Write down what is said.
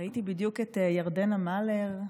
ראיתי בדיוק את ירדנה מלר,